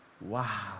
Wow